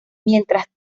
mientras